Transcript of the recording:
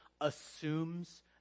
assumes